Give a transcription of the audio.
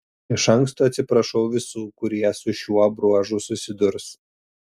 iš anksto atsiprašau visų kurie su šiuo bruožu susidurs